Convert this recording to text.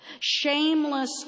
shameless